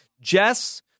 jess